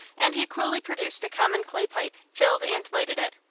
and he coolly produced a common clay pipe, filled and lighted it.